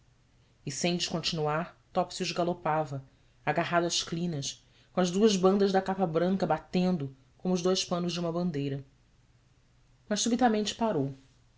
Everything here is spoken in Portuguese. e sem descontinuar topsius galopava agarrado às crinas com as duas bandas da capa branca batendo como os dous panos de uma bandeira mas subitamente parou